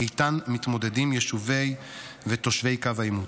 שאיתן מתמודדים יישובי ותושבי קו העימות.